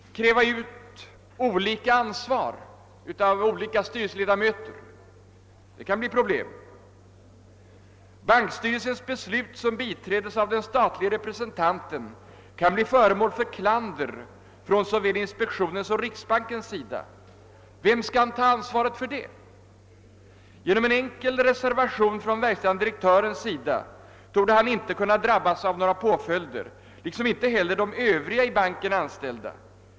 Att kräva ut olika ansvar av olika styrelseledamöter — det kan bli problem. Bankstyrelsens beslut, som biträds av den statliga representanten, kan bli föremål för klander från såväl inspektionen som riksbanken. Vem skall ta ansvaret för det? Genom en enkel reservation torde verkställande direktören inte kunna drabbas av några påföljder liksom inte heller de övriga av bankens anställda.